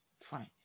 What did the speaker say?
Fine